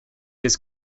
his